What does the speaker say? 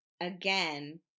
again